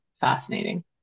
fascinating